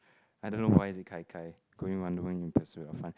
I don't know why is it gai gai going on in pursuit of fun